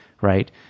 right